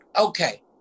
Okay